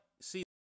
see